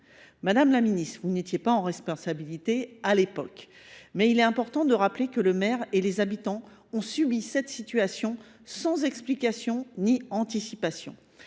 Madame la ministre, vous n’étiez alors pas en responsabilité, mais il est important de rappeler que le maire et les habitants ont subi cette situation sans explications ni anticipation